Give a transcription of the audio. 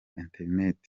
interineti